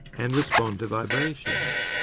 and respond to vibrations.